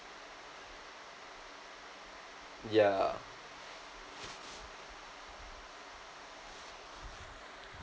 yeah